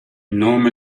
nome